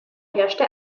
herrsche